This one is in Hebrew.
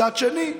מצד שני,